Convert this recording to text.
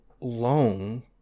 long